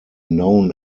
known